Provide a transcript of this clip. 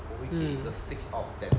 mm